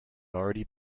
already